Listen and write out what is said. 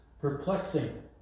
perplexing